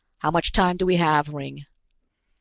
how much time do we have, ringg?